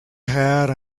hat